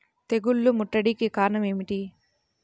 తెగుళ్ల ముట్టడికి కారణం ఏమిటి?